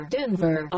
Denver